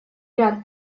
ряд